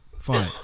Fine